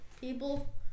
people